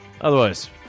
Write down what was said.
otherwise